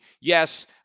yes